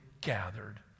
gathered